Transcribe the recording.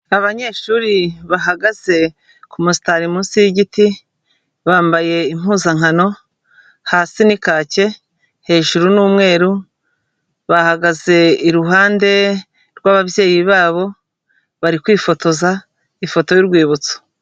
Abanyeshuri bahagaze ku musitari munsi y'igiti, bambaye impuzankano hasi ni kake, hejuru n'umweru, bahagaze iruhande rw'ababyeyi babo, bari kwifotoza ifoto y'urwibutso.